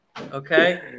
Okay